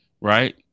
right